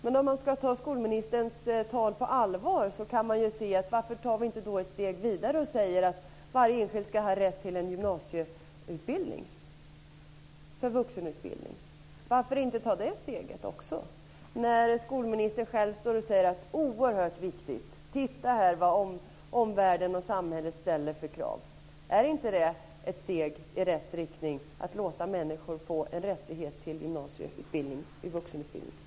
Men om man ska ta skolministerns tal på allvar, varför inte gå vidare och säga att varje elev har rätt till gymnasieutbildning som vuxenutbildning? Varför inte ta det steget också, när nu skolministern själv står och säger att detta är så oerhört viktigt? Titta här vad omvärlden och samhället ställer för krav, säger hon. Är det då inte ett steg i rätt riktning att låta människor få rättighet till gymnasieutbildning i vuxenutbildningen?